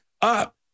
up